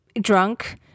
drunk